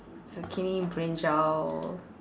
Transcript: zucchini brinjal